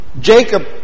Jacob